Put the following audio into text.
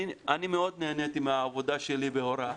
אני מאוד נהניתי מהעבודה שלי בהוראה,